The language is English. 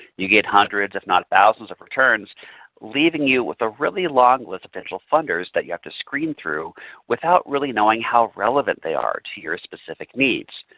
you get hundreds if not thousands of returns leaving you with a really long list of potential funders that you have to screen through without really knowing how relevant they are to your specific needs.